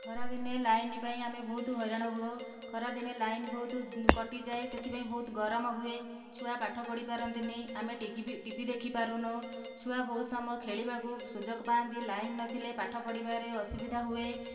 ଖରାଦିନେ ଲାଇନ ପାଇଁ ଆମେ ବହୁତ ହଇରାଣ ହେଉ ଖରା ଦିନେ ଲାଇନ ବହୁତ କଟିଯାଏ ସେଥିପାଇଁ ବହୁତ ଗରମ ହୁଏ ଛୁଆ ପାଠ ପଢି ପାରନ୍ତିନାହିଁ ଆମେ ଟିଭି ଦେଖି ପାରୁନାହୁଁ ଛୁଆ ବହୁତ ସମୟ ଖଳିବାକୁ ସୁଯୋଗ ପାଆନ୍ତି ଲାଇନ ନଥିଲେ ପାଠ ପଢିବାରେ ଅସୁବିଧା ହୁଏ